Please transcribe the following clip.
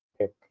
pick